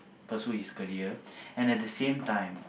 and pursue his career and at the same time